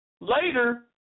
Later